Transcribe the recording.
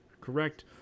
Correct